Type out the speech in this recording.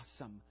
awesome